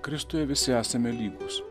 kristuje visi esame lygūs